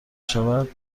شود